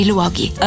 luoghi